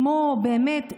כמו באמת מחלות,